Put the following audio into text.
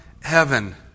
heaven